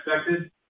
expected